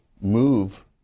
move